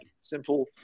simple